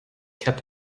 kept